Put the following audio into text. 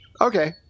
Okay